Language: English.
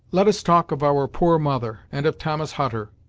let us talk of our poor mother and of thomas hutter.